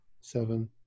seven